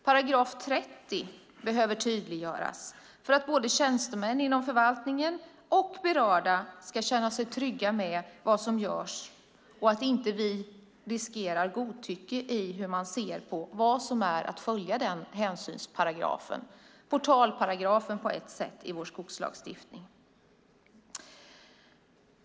§ 30 behöver tydliggöras, så att både tjänstemän inom förvaltningen och berörda ska känna sig trygga med vad som görs och så att vi inte riskerar godtycke i hur man ser på vad det innebär att följa den hänsynsparagrafen, som på ett sätt är portalparagrafen i vår skogslagstiftning.